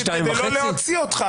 כדי לא להוציא אותך.